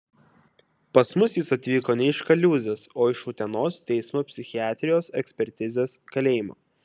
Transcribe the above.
pas mus jis atvyko ne iš kaliūzės o iš utenos teismo psichiatrijos ekspertizės kalėjimo